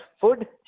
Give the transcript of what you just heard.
food